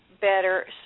Better